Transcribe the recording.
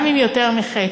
גם אם יותר מחצי,